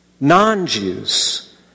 non-Jews